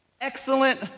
Excellent